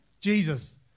Jesus